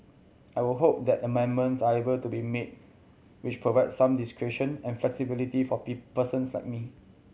I would hope that amendments are able to be made which provide some discretion and flexibility for persons like me